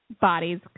bodies